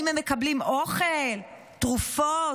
אם הם מקבלים אוכל, תרופות.